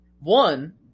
One